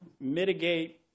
mitigate